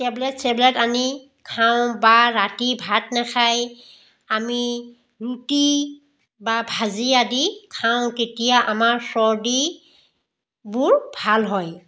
tablet চেবলেত আনি খাওঁ বা ৰাতি ভাত নাখাই আমি ৰুটি বা ভাজি আদি খাওঁ তেতিয়া আমাৰ চৰ্দিবোৰ ভাল হয়